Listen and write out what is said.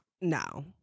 No